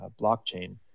blockchain